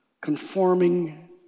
conforming